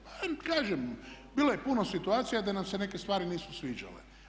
Pa kažem, bilo je puno situacija da nam se neke stvari nisu sviđale.